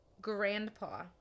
Grandpa